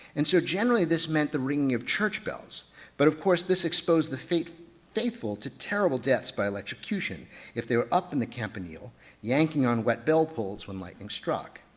and so generally this meant the ringing of church bells but of course this exposed the faithful faithful to terrible deaths by electrocution if they were up in the campanile yanking on wet bell pulls when lightning struck.